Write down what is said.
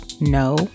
No